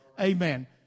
Amen